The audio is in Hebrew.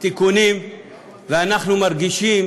ואנחנו מרגישים